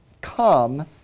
come